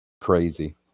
Crazy